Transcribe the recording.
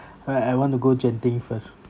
right I want to go Genting first